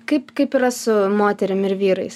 kaip kaip yra su moterim ir vyrais